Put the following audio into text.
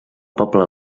poble